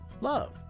Love